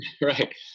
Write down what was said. Right